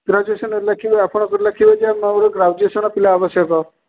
graduation ଲେଖିବେ ଆପଣଙ୍କର ଲେଖିବେ ଯେ ମୋର ଗ୍ରାଜୁଏସନ୍ ପିଲା ଆବଶ୍ୟକ